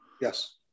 Yes